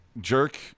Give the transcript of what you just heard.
Jerk